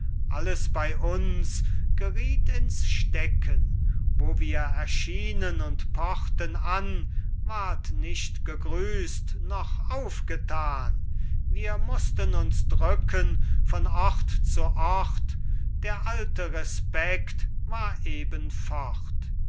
alles bei uns geriet ins stecken wo wir erschienen und pochten an ward nicht gegrüßt noch aufgetan wir mußten uns drücken von ort zu ort der alte respekt war eben fort